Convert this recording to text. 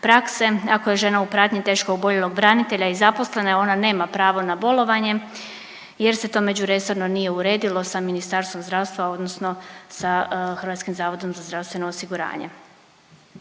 Ako je žena u pratnji teško oboljelog branitelja i zaposlena je, ona nema pravo na bolovanje jer se to međuresorno nije uredilo sa Ministarstvom zdravstva odnosno sa HZZO-om. Nadalje, pružanje